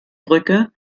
brücke